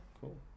Cool